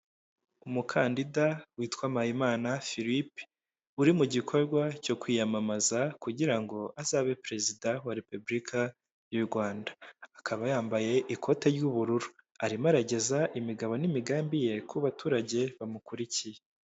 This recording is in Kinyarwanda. Umukandida witwa MPAYIMANA Phillipe, uri mu gikorwa cyo kwiyamamaza kugira ngo azabe perezida wa repubulika y'u Rwanda. Akaba yambaye ikote ry'ubururu. Arimo arageza imigabo n'imigambi ye ku baturage bamukurikiye.